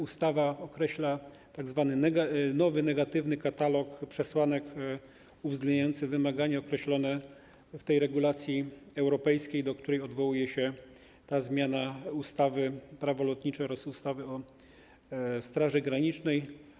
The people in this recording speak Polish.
Ustawa określa tzw. nowy negatywny katalog przesłanek uwzględniający wymagania określone w tej regulacji europejskiej, do której odwołuje się ta zmiana ustawy - Prawo lotnicze oraz ustawy o Straży Granicznej.